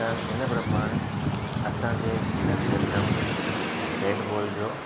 त हिन प्रमाणे असांजे हिन खेत्र में बेट बॉल जो